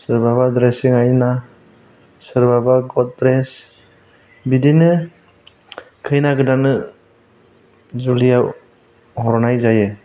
सोरबाबा ड्रेसिं आइना सोरबाबा गद्रेज बिदिनो खैना गोदाननो जुलियाव हरनाय जायो